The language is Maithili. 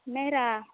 नैहरा